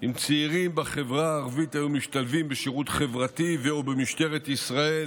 אם צעירים בחברה הערבית היו משתלבים בשירות חברתי או במשטרת ישראל